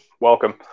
Welcome